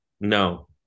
no